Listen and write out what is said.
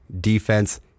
defense